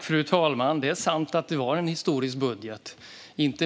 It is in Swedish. Fru talman! Det är sant att det är en historisk budget.